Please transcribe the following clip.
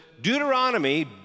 Deuteronomy